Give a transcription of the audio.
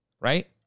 right